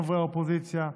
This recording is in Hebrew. חברי האופוזיציה.